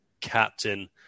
captain